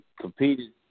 competed